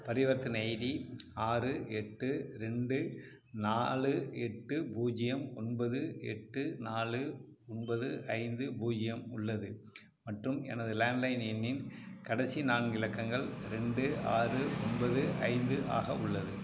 பரிவர்த்தனை ஐடி ஆறு எட்டு ரெண்டு நாலு எட்டு பூஜ்யம் ஒன்பது எட்டு நாலு ஒன்பது ஐந்து பூஜ்யம் உள்ளது மற்றும் எனது லேண்ட்லைன் எண்ணின் கடைசி நான்கு இலக்கங்கள் ரெண்டு ஆறு ஒன்பது ஐந்து ஆக உள்ளது